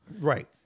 Right